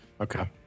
Okay